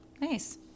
nice